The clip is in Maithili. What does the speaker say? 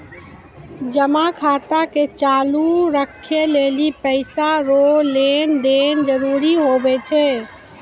जमा खाता के चालू राखै लेली पैसा रो लेन देन जरूरी हुवै छै